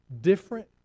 different